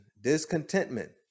discontentment